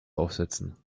aufsetzen